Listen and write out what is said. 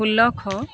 ষোল্লশ